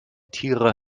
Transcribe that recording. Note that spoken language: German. tiere